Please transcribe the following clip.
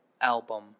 album